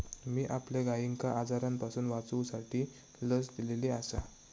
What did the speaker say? मी आपल्या गायिंका आजारांपासून वाचवूसाठी लस दिलेली आसा